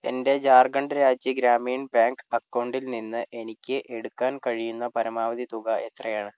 എൻ്റെ ജാർഖണ്ഡ് രാജ്യ ഗ്രാമീൺ ബാങ്ക് അക്കൗണ്ടിൽ നിന്ന് എനിക്ക് എടുക്കാൻ കഴിയുന്ന പരമാവധി തുക എത്രയാണ്